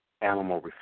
animal